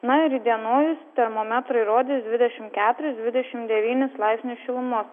na ir įdienojus termometrai rodys dvidešimt keturis dvidešimt devynis laipsnius šilumos